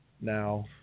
now